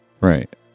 Right